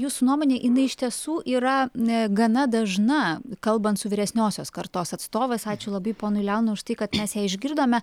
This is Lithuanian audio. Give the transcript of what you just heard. jūsų nuomone jinai iš tiesų yra ne gana dažna kalbant su vyresniosios kartos atstovais ačiū labai ponui leonui už tai kad mes ją išgirdome